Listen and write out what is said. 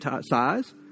size